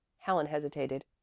helen hesitated.